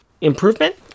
Improvement